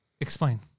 Explain